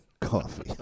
coffee